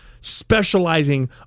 specializing